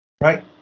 Right